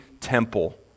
temple